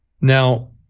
Now